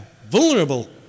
vulnerable